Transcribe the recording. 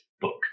book